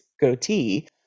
goatee